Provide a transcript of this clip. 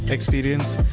experience,